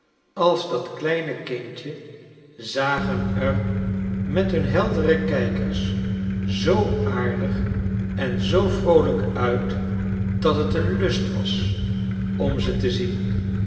als dat kleine kindje zagen er met hun heldere kijkers zoo aardig en zoo vroolijk uit dat het een lust was om ze te zien